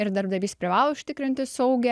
ir darbdavys privalo užtikrinti saugią